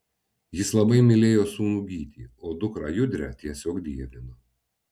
jis labai mylėjo sūnų gytį o dukrą judrę tiesiog dievino